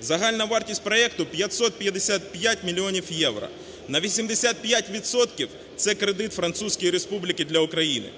Загальна вартість проекту 555 мільйонів євро. На 85 відсотків – це кредит Французької Республіки для України,